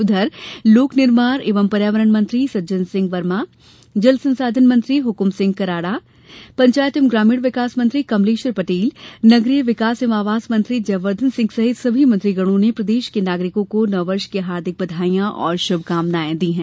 उधर लोक निर्माण एवं पर्यावरण मंत्री सज्जन सिंह वर्मा जल संसाधन मंत्री हक्म सिंह कराड़ा पंचायत एवं ग्रामीण विकास मंत्री कमलेश्वर पटेल नगरीय विकास एवं आवास मंत्री श्री जयवर्धन सिंह सहित सभी मंत्रीगणों ने प्रदेश के नागरिकों को नव वर्ष की हार्दिक बधाई और शुभकामनाएँ दी है